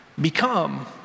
become